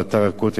הר-הזיתים,